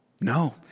No